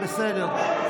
היא בסדר.